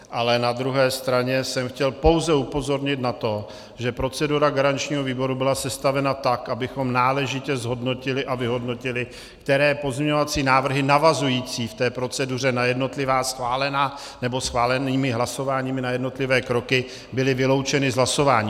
Ale na druhé straně jsem chtěl pouze upozornit na to, že procedura garančního výboru byla sestavena tak, abychom náležitě zhodnotili a vyhodnotili, které pozměňovací návrhy navazující v té proceduře na jednotlivá schválená nebo schválenými hlasováními na jednotlivé kroky byly vyloučeny z hlasování.